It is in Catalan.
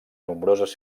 nombroses